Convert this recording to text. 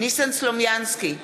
ניסן סלומינסקי,